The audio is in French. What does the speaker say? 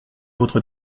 votre